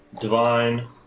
Divine